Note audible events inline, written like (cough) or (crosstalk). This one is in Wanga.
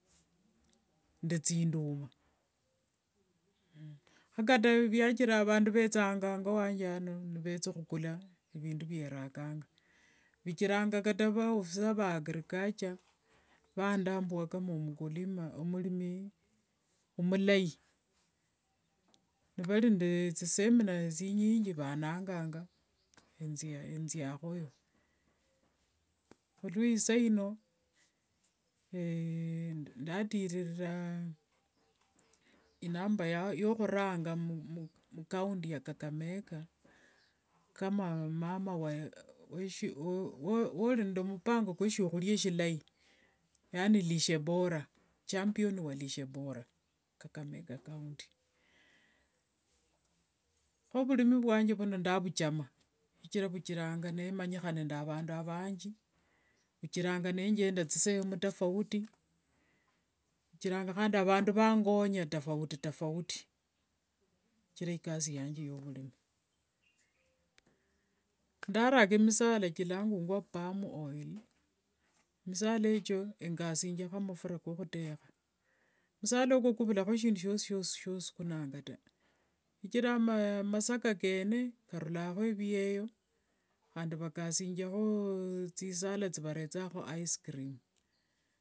Nde thinduma kho kata vyakira vandu ovethanga ango wange ano nivetha khukula vindu vyerakanga, vichiranga kata vaofisa va agriculture vandambua nga omurimi omulai. Nivari nde thisemina thinyingi vanangangakho nziakhoyo, khulweisaino (hesitation) ndatirira inamba yokhuranga mucounty ya kakamega kama mumama uri nde mupango kwe shiakhuria shilayi yaani lishe bora, champion wa lishe bora kakamega county, kho vurimi kwange vuno ndavuchama, shichira vichiranga nemanyikha nende avandu vangi, vuchiranga nenchenda thisehemu tofauti tofauti, vichirangakhi khandi vandu nivangonya tofauti tofauti, shichira ikasi yanje yovurimi, ndaraka misala kilangungwa pam oil, misala echo engasingiamo mafura kokhutesha, musala oko kuvulangakho shindu shiosi shiosi shiosukunanga taa, shichira amasaga kene karulangamo vyeyo khandi vakashingiakho thisala thiavarethamo ice cream.